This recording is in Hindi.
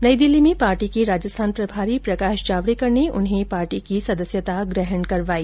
नई दिल्ली में पार्टी के राजस्थान प्रभारी प्रकाश जावडेकर ने उन्हें पार्टी की सदस्यता ग्रहण करवाई